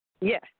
Yes